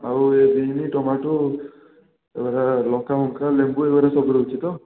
ଆଉ ଏହି ଭେଣ୍ଡି ଟମାଟୋ ଏଗୁଡ଼ା ଲଙ୍କା ଫଙ୍କା ଲେମ୍ବୁ ଏଗୁଡା ସବୁ ରହୁଛି ତ